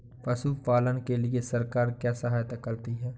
पशु पालन के लिए सरकार क्या सहायता करती है?